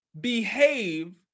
behave